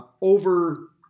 over